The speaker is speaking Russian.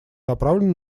направлена